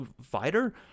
fighter